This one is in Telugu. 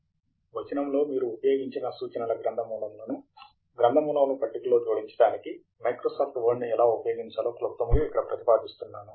వచనములో మీరు ఉపయోగించిన సూచనల గ్రంథ మూలములను గ్రంథ మూలముల పట్టికలో జోడించడానికి మైక్రోసాఫ్ట్ వర్డ్ను ఎలా ఉపయోగించాలో క్లుప్తముగా ఇక్కడ ప్రతిపాదిస్తున్నాను